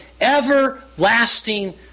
everlasting